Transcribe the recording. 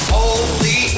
Holy